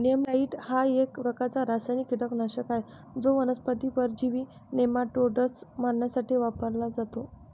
नेमॅटाइड हा एक प्रकारचा रासायनिक कीटकनाशक आहे जो वनस्पती परजीवी नेमाटोड्स मारण्यासाठी वापरला जातो